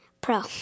pro